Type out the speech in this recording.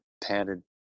padded